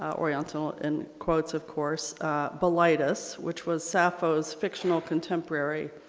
um oriental in quotes of course bilitis which was sappho's fictional contemporary.